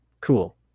cool